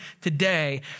today